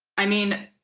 i mean,